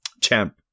champ